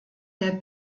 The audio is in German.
der